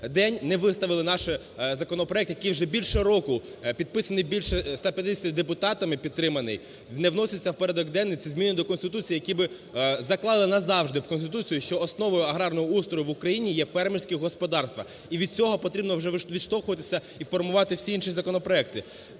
день, не виставили наш законопроект, який вже більше року підписаний більше 150 депутатами, підтриманий, не вноситься в порядок денний – це зміни до Конституції, які би заклали назавжди в Конституцію, що основою аграрного устрою в Україні є фермерські господарства. І від цього потрібно вже відштовхуватися і формувати всі інші законопроекти.